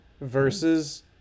versus